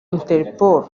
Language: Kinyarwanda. interpol